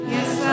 Yes